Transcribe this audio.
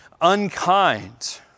unkind